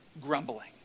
grumbling